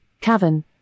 cavern